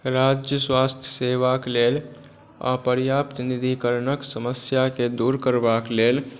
राज्य स्वास्थ्य सेवाक लेल अपर्याप्त निधिकरणक समस्याकेँ दूर करबाक लेल